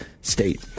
state